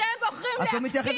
אתם בוחרים להקטין,